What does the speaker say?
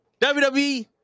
WWE